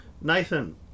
Nathan